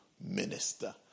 minister